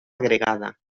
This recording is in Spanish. agregada